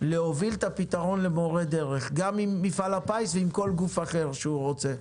להוביל את הפתרון למורי דרך גם עם מפעל הפיס ועם כל גוף אחר שהוא רוצה.